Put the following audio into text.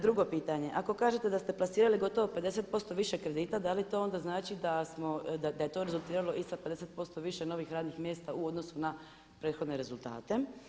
Drugo pitanje, ako kažete da ste plasirali gotovo 50% više kredita da li to onda znači da je to rezultiralo i sa 50% više novih radnih mjesta u odnosu na prethodne rezultate.